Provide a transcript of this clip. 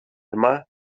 tma